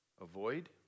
avoid